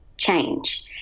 change